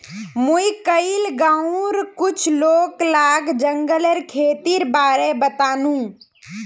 मुई कइल गांउर कुछ लोग लाक जंगलेर खेतीर बारे बतानु